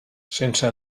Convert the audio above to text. sense